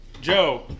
Joe